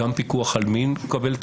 גם פיקוח על מי מקבל,